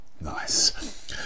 nice